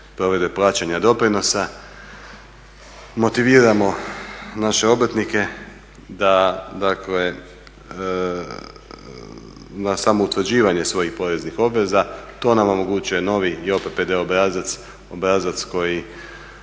provedbe plaćanja doprinosa, motiviramo naše obrtnike da, dakle na samo utvrđivanje svojih poreznih obveza, to nam omogućuje novi … obrazac, obrazac koji